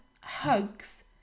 hugs